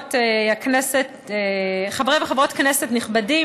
וחברות כנסת נכבדים,